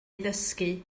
ddysgu